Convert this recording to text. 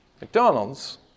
McDonald's